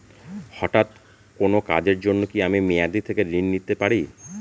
হঠাৎ কোন কাজের জন্য কি আমি মেয়াদী থেকে ঋণ নিতে পারি?